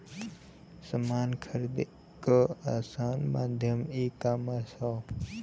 समान खरीदे क आसान माध्यम ईकामर्स हौ